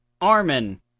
Armin